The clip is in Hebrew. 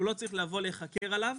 הוא לא צריך להיחקר עליו,